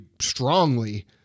strongly